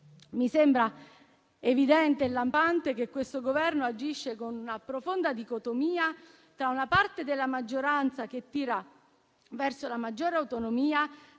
mi sembra evidente e lampante che questo Governo agisce con profonda dicotomia tra una parte della maggioranza che tira verso la maggiore autonomia